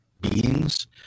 beings